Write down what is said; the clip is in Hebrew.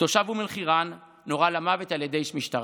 תושב אום אל-חיראן, נורה למוות על ידי איש משטרה,